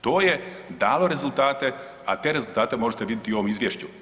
To je dalo rezultate, a te rezultate možete vidjeti i u ovom izvješću.